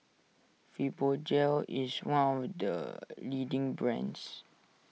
Fibogel is one of the leading brands